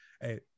Hey